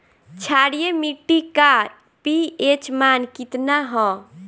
क्षारीय मीट्टी का पी.एच मान कितना ह?